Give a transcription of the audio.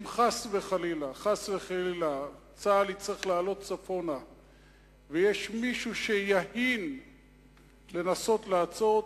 אם חס וחלילה צה"ל יצטרך לעלות צפונה ומישהו יהין לנסות לעצור אותו,